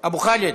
אבו חאלד,